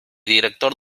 director